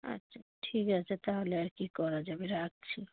আচ্ছা ঠিক আছে তাহলে আর কি করা যাবে রাখছি